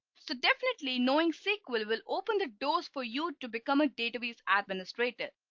so definitely knowing sequel will open the doors for you to become a database administrator.